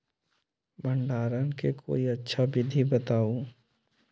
भंडारण के कोई अच्छा विधि बताउ?